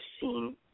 seen